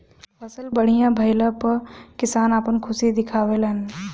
फसल बढ़िया भइला पअ किसान आपन खुशी दिखावे लन